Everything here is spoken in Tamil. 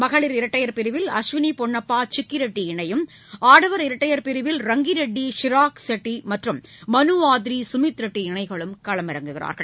மகளிர் இரட்டையர் பிரிவில் அஸ்வினி பொன்னப்பா சிக்கி ரெட்டி இணையும் ஆடவர் இரட்டையர் பிரிவில் ரங்கி ரெட்டி ஷிராக் செட்டி மற்றும் மனு ஆத்ரி சுமித் ரெட்டி இணைகளும் களமிறங்குகின்றன்